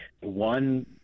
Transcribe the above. one